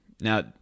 Now